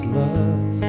love